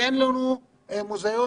אין להם מוזיאונים,